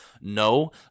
No